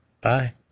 Bye